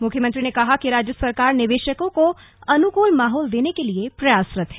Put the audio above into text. मुख्यमंत्री ने कहा कि राज्य सरकार निवेशकों को अनुकूल माहौल देने के लिए प्रयासरत है